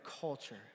culture